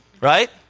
right